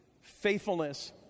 Faithfulness